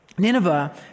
Nineveh